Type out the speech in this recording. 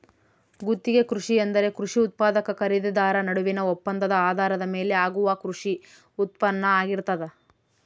ಗುತ್ತಿಗೆ ಕೃಷಿ ಎಂದರೆ ಕೃಷಿ ಉತ್ಪಾದಕ ಖರೀದಿದಾರ ನಡುವಿನ ಒಪ್ಪಂದದ ಆಧಾರದ ಮೇಲೆ ಆಗುವ ಕೃಷಿ ಉತ್ಪಾನ್ನ ಆಗಿರ್ತದ